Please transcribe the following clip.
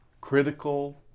critical